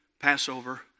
Passover